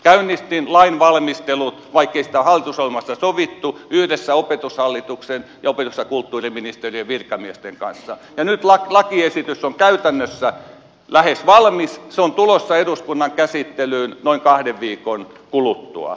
käynnistin lainvalmistelun vaikkei siitä hallitusohjelmassa sovittu yhdessä opetushallituksen ja opetus ja kulttuuriministeriön virkamiesten kanssa ja nyt lakiesitys on käytännössä lähes valmis se on tulossa eduskunnan käsittelyyn noin kahden viikon kuluttua